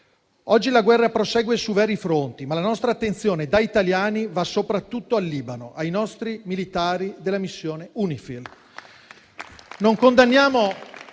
Oggi la guerra prosegue su vari fronti, ma la nostra attenzione, da italiani, va soprattutto al Libano e ai nostri militari della missione UNIFIL.